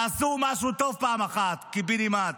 תעשו משהו טוב פעם אחד, קיבינימט.